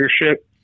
leadership